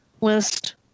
list